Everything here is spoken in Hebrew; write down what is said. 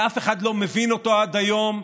שאף אחד לא מבין אותו עד היום,